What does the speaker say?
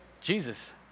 Jesus